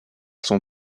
son